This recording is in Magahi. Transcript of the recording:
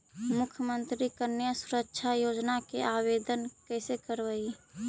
मुख्यमंत्री कन्या सुरक्षा योजना के आवेदन कैसे करबइ?